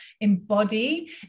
embody